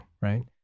right